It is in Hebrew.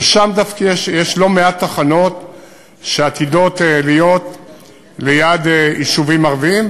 ושם יש לא מעט תחנות שעתידות להיות ליד יישובים ערביים,